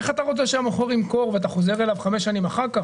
איך אתה רוצה שהמוכר ימכור ואתה חוזר אליו חמש שנים אחר כך?